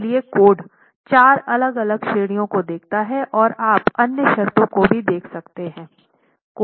इसलिए कोड चार अलग अलग श्रेणियों को देखता है और आप अन्य शर्तों को भी देख सकते हैं